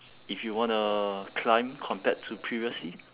if you wanna climb compared to previously